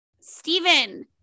Stephen